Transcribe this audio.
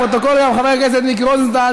ההצעה להעביר את הצעת חוק שיווי זכויות האישה (תיקון,